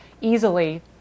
easily